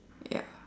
ya